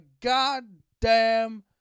goddamn